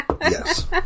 Yes